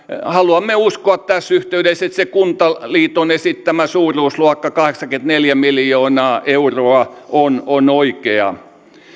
haluamme uskoa tässä yhteydessä että se kuntaliiton esittämä suuruusluokka kahdeksankymmentäneljä miljoonaa euroa on on oikea